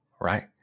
right